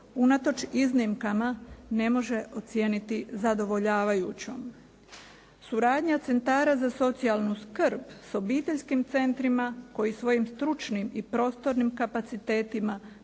unatoč iznimkama ne može ocijeniti zadovoljavajućom. Suradnja centara za socijalnu skrb s obiteljskim centrima koji svojim stručnim i prostornim kapacitetima